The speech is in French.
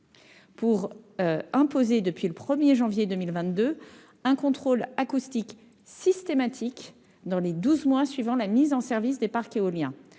pour imposer au 1 janvier 2022 un contrôle acoustique systématique dans les douze mois suivant la mise en service des parcs éoliens.